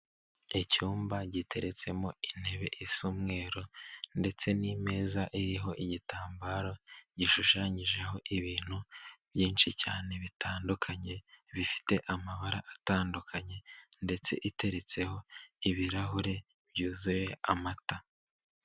Icyumba giteretsemo intebe isa umweru ndetse n'imeza iriho igitambaro gishushanyijeho ibintu byinshi cyane bitandukanye, bifite amabara atandukanye ndetse iteretseho ibirahure byuzuye amata.